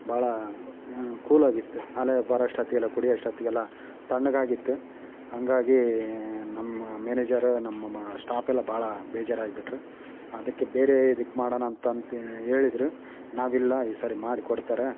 ಭಾಳ ಕೂಲಾಗಿತ್ತು ಆಲೇ ಬರೋಷ್ಟೊತ್ಗೆಲ್ಲ ಕುಡಿಯೋಷ್ಟೊತ್ಗೆಲ್ಲ ತಣ್ಣಗಾಗಿತ್ತು ಹಂಗಾಗಿ ನಮ್ಮ ಮ್ಯಾನೇಜರ ನಮ್ಮ ಮ ಸ್ಟಾಪೆಲ್ಲ ಭಾಳ ಬೇಜಾರಾಗಿಬಿಟ್ರು ಅದಕ್ಕೆ ಬೇರೆ ಇದಕ್ ಮಾಡಣ ಅಂತ ಅಂತ ಹೇಳಿದ್ರು ನಾವಿಲ್ಲ ಈ ಸರಿ ಮಾಡಿಕೊಡ್ತಾರ